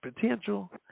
potential